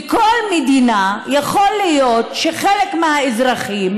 בכל מדינה יכול להיות שחלק מהאזרחים